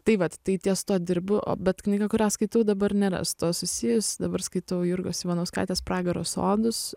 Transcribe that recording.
tai vat tai ties tuo dirbu o bet knyga kurią skaitau dabar nera su tuo susijus dabar skaitau jurgos ivanauskaitės pragaro sodus